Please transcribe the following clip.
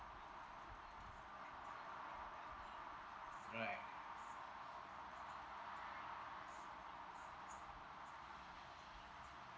alright